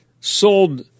sold